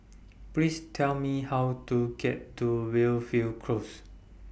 Please Tell Me How to get to Well fell Close